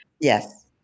Yes